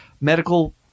medical